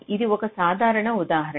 ఇది ఒక సాధారణ ఉదాహరణ